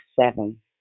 seven